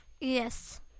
Yes